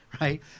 right